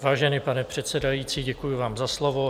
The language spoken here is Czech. Vážený pane předsedající, děkuji vám za slovo.